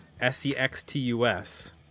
S-E-X-T-U-S